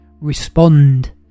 respond